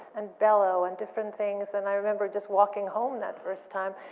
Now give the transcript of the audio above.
and bellow and different things and i remember just walking home that first time.